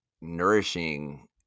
nourishing